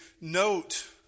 note